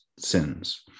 sins